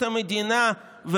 מועצת המדינה,